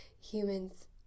humans